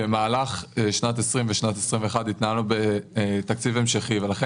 במהלך שנת 2020 ושנת 2021 התנהלנו בתקציב המשכי ולכן